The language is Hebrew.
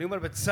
אני אומר בצער,